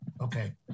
Okay